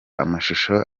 amashusho